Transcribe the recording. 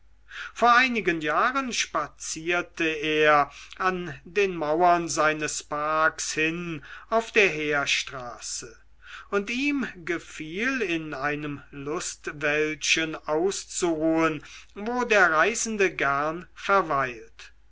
vor einigen jahren spazierte er an den mauern seines parks hin auf der heerstraße und ihm gefiel in einem lustwäldchen auszuruhen wo der reisende gern verweilt